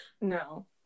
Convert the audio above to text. No